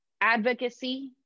advocacy